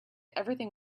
everything